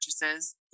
purchases